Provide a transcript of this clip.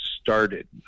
started